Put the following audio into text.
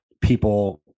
people